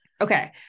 Okay